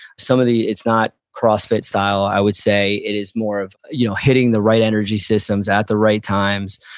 some of the, it's not crossfit style, i would say. it is more of you know hitting the right energy systems at the right times,